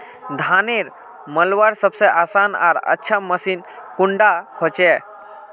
धानेर मलवार सबसे आसान आर अच्छा मशीन कुन डा होचए?